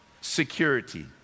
Security